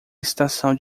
estação